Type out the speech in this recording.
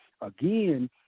Again